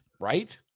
right